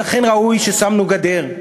ולכן ראוי ששמנו גדר,